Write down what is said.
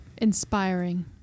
Inspiring